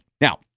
Now